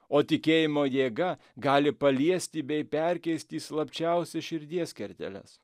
o tikėjimo jėga gali paliesti bei perkeisti į slapčiausias širdies kerteles